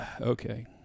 okay